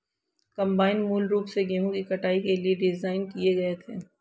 combine मूल रूप से गेहूं की कटाई के लिए डिज़ाइन किए गए थे